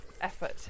effort